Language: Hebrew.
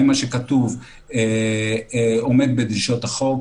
האם מה שכתוב עומד בדרישות החוק,